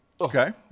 okay